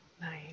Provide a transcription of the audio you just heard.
Nice